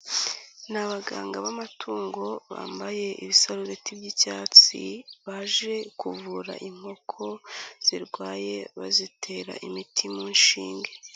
Ni abaganga b'amatungo bambaye ibisarureti by'icyatsi baje kuvura inkoko zirwaye, bazitera imiti mu nshinge.